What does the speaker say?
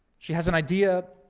she has an idea,